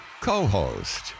co-host